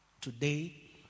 Today